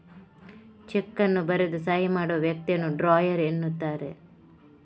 check ಅನ್ನು ಬರೆದು ಸಹಿ ಮಾಡುವ ವ್ಯಕ್ತಿಯನ್ನ ಡ್ರಾಯರ್ ಎನ್ನುತ್ತಾರೆ